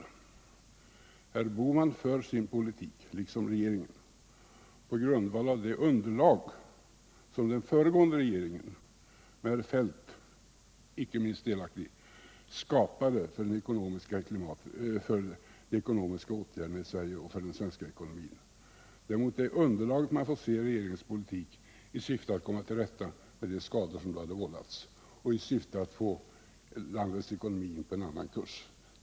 Herr Bohman för sin politik, liksom också regeringen, på grundval av det underlag som den föregående regeringen — med herr Feldt som icke minst delaktig — skapade för de ekonomiska åtgärderna i Sverige och den svenska ekonomin. Det är mot den bakgrunden man får se den nuvarande regeringens politik i syfte att komma till rätta med de skador som då hade vållats och i syfte att få landets ekonomi in på en annan kurs.